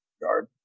guard